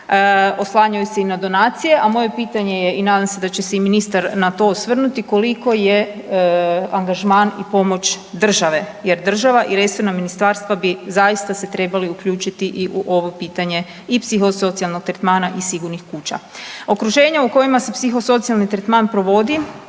oslanjaju se i na donacije. A moje pitanje je i nadam se da će se i ministar na to osvrnuti koliko je angažman i pomoć države jer države i resorna ministarstva zaista bi se trebali uključiti i u ovo pitanje i psihosocijalnog tretmana i sigurnih kuća. Okruženje u kojima se psihosocijalni tretman provodi